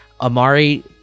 Amari